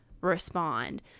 respond